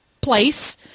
place